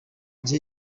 gihe